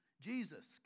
Jesus